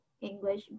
english